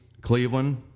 Cleveland